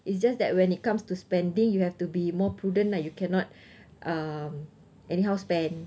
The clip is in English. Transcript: it's just that when it comes to spending you have to be more prudent lah you cannot um anyhow spend